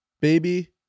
baby